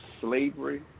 slavery